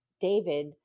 David